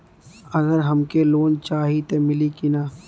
अगर हमके लोन चाही त मिली की ना?